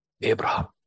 Abraham